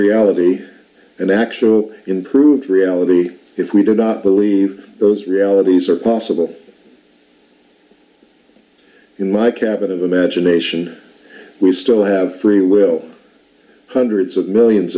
reality and actually improved reality if we do not believe those realities are possible in my cabin of imagination we still have free will hundreds of millions